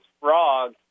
frog